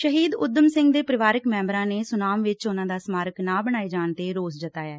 ਸ਼ਹੀਦ ਊਧਮ ਸਿੰਘ ਦੇ ਪਰਿਵਾਰਕ ਮੈਂਬਰਾਂ ਨੇ ਸੁਨਾਮ ਵਿਚ ਉਨੂਾਂ ਦਾ ਸਮਾਰਕ ਨਾ ਬਣਾਏ ਜਾਣ ਤੇ ਰੋਸ਼ ਜਤਾਇਆ